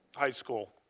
high school.